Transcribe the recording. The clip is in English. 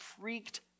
freaked